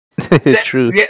True